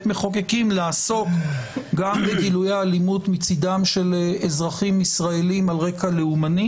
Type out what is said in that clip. מחוקקים לעסוק גם בגילויי האלימות מצדם של אזרחים ישראלים על רקע לאומני,